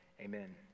Amen